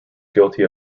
guilty